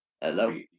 Hello